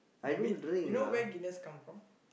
w~ you know where Guinness come from